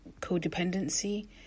codependency